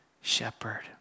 shepherd